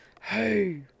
hey